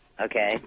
Okay